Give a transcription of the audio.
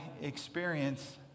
experience